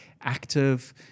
active